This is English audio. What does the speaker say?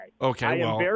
Okay